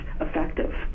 effective